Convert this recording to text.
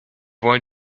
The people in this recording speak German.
wollen